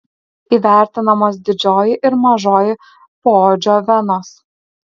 įvertinamos didžioji ir mažoji poodžio venos